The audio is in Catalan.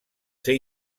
ser